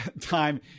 time